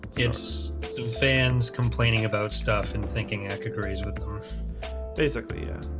it's fans complaining about stuff and thinking i could raise with basically. yeah,